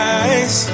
eyes